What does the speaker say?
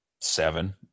seven